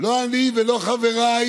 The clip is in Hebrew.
לא אני ולא חבריי